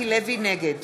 נגד